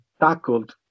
tackled